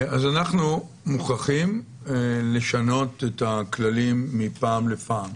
אנחנו מוכרחים לשנות את הכללים מפעם לפעם.